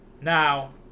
Now